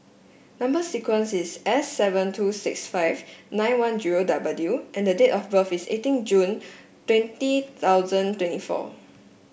number sequence is S seven two six five nine one zero W and date of birth is eighteen June twenty thousand twenty four